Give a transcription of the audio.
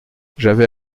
j’avais